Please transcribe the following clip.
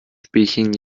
spielchen